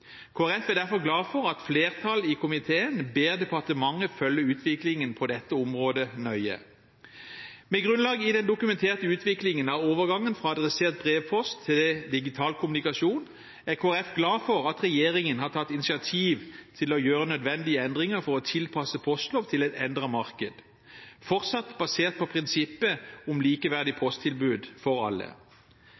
er derfor glad for at flertallet i komiteen ber departementet følge utviklingen på dette området nøye. Med grunnlag i den dokumenterte utviklingen av overgangen fra adressert brevpost til digital kommunikasjon er Kristelig Folkeparti glad for at regjeringen har tatt initiativ til å gjøre nødvendige endringer for å tilpasse postloven til et endret marked – fortsatt basert på prinsippet om likeverdig posttilbud for alle.